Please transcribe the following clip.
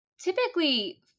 Typically